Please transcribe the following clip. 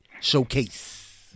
showcase